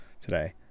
today